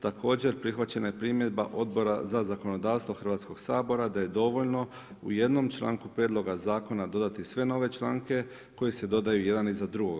Također, prihvaćena je primjedba Odbora za zakonodavstvo Hrvatskog sabora da je dovoljno u jednom članku prijedloga zakona dodati sve nove članke koji se dodaju jedan iza drugoga.